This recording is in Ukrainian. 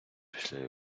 після